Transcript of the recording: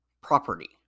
property